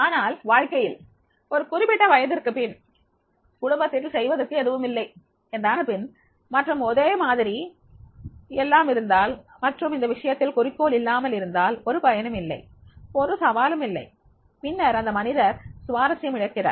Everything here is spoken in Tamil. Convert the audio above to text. ஆனால் வாழ்க்கையில் ஒரு குறிப்பிட்ட வயதிற்கு பின் குடும்பத்தில் செய்வதற்கு எதுவுமில்லை என்றானபின் மற்றும் ஒரே மாதிரி எல்லாம் இருந்தால் மற்றும் இந்த விஷயத்தில் குறிக்கோள் இல்லாமல் இருந்தால் ஒரு பயனும் இல்லை ஒரு சவாலும் இல்லை பின்னர் அந்த மனிதர் சுவாரசியம் இழக்கிறார்